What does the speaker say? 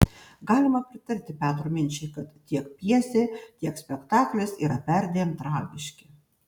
galima pritarti petro minčiai kad tiek pjesė tiek spektaklis yra perdėm tragiški